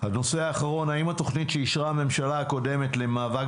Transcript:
הנושא האחרון: התוכנית שאישרה הממשלה הקודמת למאבק